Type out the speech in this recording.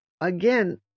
again